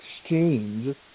exchange